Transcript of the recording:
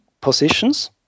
positions